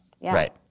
Right